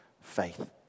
faith